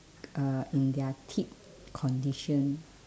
uh in their peak condition